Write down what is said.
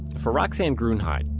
for roxane gruenheid,